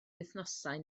wythnosau